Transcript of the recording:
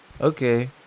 Okay